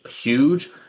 huge